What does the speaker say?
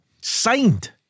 Signed